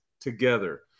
together